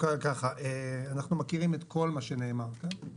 אנחנו מכירים את כל מה שנאמר כאן